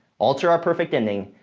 alter our perfect ending,